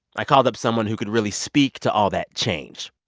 i called up someone who could really speak to all that change.